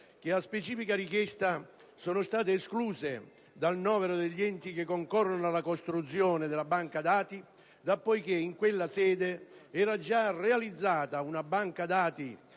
che a specifica richiesta sono state escluse dal novero degli enti che concorrono alla costruzione della banca dati, poiché in quella sede ne era già stata realizzata una di